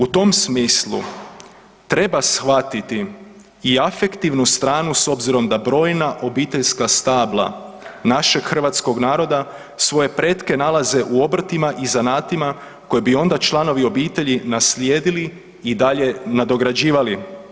U tom smislu treba shvatiti i afektivnu stranu s obzirom da brojna obiteljska stabla našeg hrvatskog naroda svoje pretke nalaze u obrtima i zanatima koje bi onda članovi obitelji naslijedili i dalje nadograđivali.